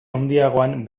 handiagoan